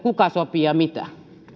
kuka sopii ja mitä